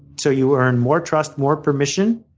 so you earn more trust, more permission,